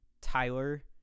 Tyler